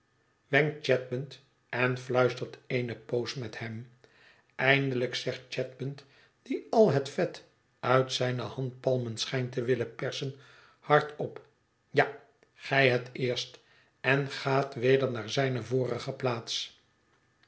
wenkt chadband en fluistert eene poos met hem eindelijk zegt chadband die al het vet uit zijne handpalmen schijnt te willen persen hardop ja gij het eerst en gaat weder naar zijne vorige plaats